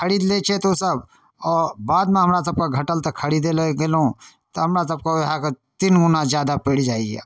खरीद लै छथि ओसभ आओर बादमे हमरा सभके घटल तऽ खरिदैलए गेलहुँ तऽ हमरा सभके वएह तीन गुना जादा पड़ि जाइए